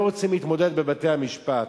לא רוצים להתמודד בבתי-המשפט.